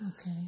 Okay